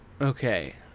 Okay